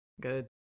Good